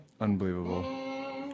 Unbelievable